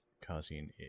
causing